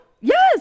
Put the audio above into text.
Yes